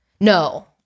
no